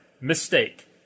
Mistake